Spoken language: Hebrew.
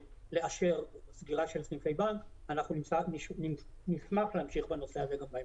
לאשר סגירה של סניפי בנק ואנחנו נשמח להמשיך בנושא הזה גם בהמשך.